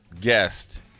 guest